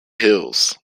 hills